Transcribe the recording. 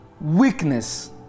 Weakness